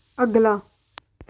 ਅਗਲਾ